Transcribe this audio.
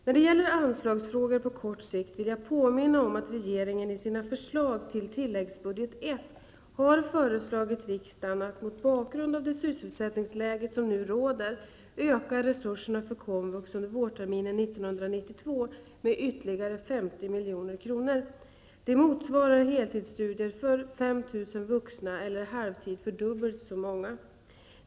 När det gäller anslagsfrågor på kort sikt vill jag påminna om att regeringen i sina förslag till tilläggsbudget I har föreslagit riksdagen att, mot bakgrund av det sysselsättningsläge som nu råder, öka resurserna för komvux under vårterminen 1992 med ytterligare 50 milj.kr. Det motsvarar heltidsstudier för 5 000 vuxna eller halvtid för dubbelt så många.